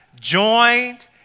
joined